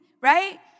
right